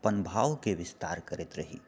अपन भावके विस्तार करैत रही